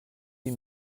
die